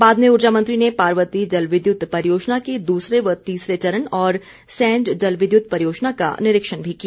बाद में ऊर्जा मंत्री ने पार्वती जल विद्युत परियोजना के दूसरे व तीसरे चरण और सैंज जल विद्युत परियोजना का निरीक्षण भी किया